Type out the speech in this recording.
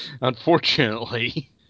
unfortunately